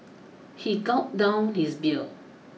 he gulped down his beer